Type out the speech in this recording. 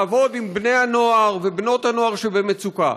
לעבוד עם בני-הנוער ובנות-הנוער שבמצוקה,